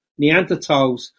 Neanderthals